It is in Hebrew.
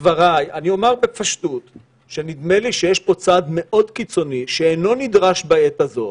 נדמה לי שיש פה צעד מאוד קיצוני שאינו נדרש בעת הזאת.